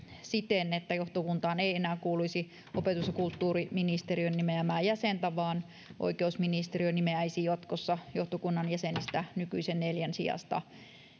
siten että johtokuntaan ei enää kuuluisi opetus ja kulttuuriministeriön nimeämää jäsentä vaan oikeusministeriö nimeäisi jatkossa johtokunnan jäsenistä nykyisen neljän sijasta